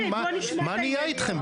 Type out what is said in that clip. מה נהיה אתכם?